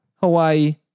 Hawaii